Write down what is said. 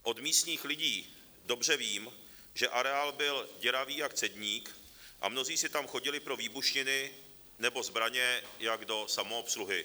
Od místních lidí dobře vím, že areál byl děravý jak cedník a mnozí si tam chodili pro výbušniny nebo zbraně jako do samoobsluhy.